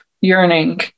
yearning